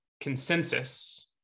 consensus